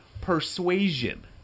persuasion